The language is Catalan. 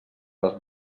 les